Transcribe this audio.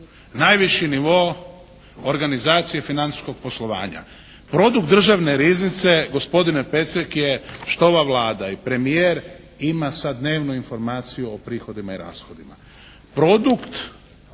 najviši nivo organizacije financijskog poslovanja. Produkt Državne riznice gospodine Pecek je, što ova Vlada i premijer ima sad dnevnu informaciju o prihodima i rashodima.